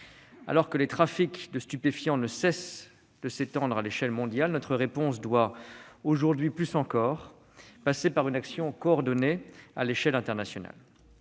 Alors que les trafics de stupéfiants ne cessent de s'étendre à l'échelle mondiale, notre réponse doit, aujourd'hui plus encore, passer par une action coordonnée à l'échelle internationale.